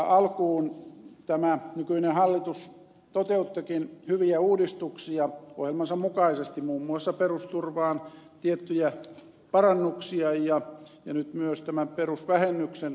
alkuun tämä nykyinen hallitus toteuttikin hyviä uudistuksia ohjelmansa mukaisesti muun muassa perusturvaan tiettyjä parannuksia ja nyt myös tämän perusvähennyksen korottamisen